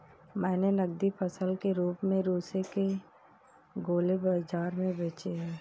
मैंने नगदी फसल के रूप में रुई के गोले बाजार में बेचे हैं